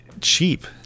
cheap